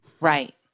right